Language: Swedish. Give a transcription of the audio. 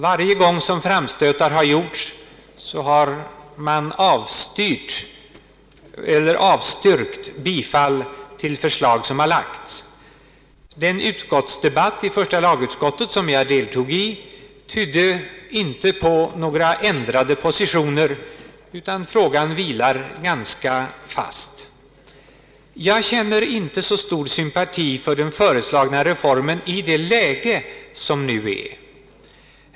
Varje gång framstötar gjorts, har man avstyrkt bifall till framlagda förslag. Den utskottsdebatt inom första lagutskottet som jag deltog i tydde inte på några ändrade positioner, utan frågan vilar ganska fast. Jag känner inte så stor sympati för den föreslagna reformen i nuvarande läge.